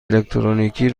الکترونیکی